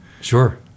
Sure